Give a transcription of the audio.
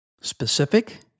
Specific